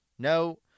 No